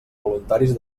voluntaris